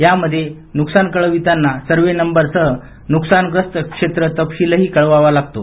यामध्ये नुकसान कळविताना सर्वे नंबर सह नुकसानग्रस्त क्षेत्र तपशीलही कळवावा लागतो